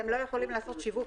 לדעתי, הם עושים את זה.